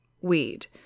weed